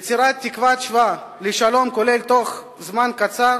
יצירת תקוות שווא לשלום כולל בתוך זמן קצר